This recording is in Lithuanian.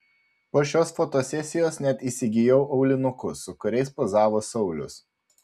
po šios fotosesijos net įsigijau aulinukus su kuriais pozavo saulius